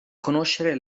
conoscere